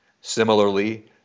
Similarly